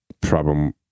problem